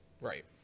Right